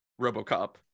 RoboCop